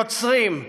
יוצרים,